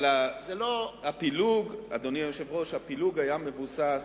זה לא, אדוני היושב-ראש, הפילוג היה מבוסס